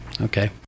Okay